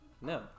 No